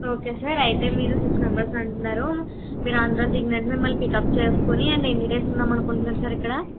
okay sir అయితే మీరు six members అంటున్నారు మీరు ఆంధ్రాలో దిగిన వెంటనే మిమ్మల్ని పికప్ చేసుకుని అండ్ ఎన్ని డేస్ ఉందాం అనుకుంటున్నారు సార్ ఇక్కడ